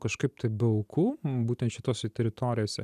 kažkaip tai be aukų būtent šitose teritorijose